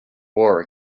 war